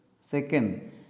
Second